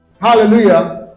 Hallelujah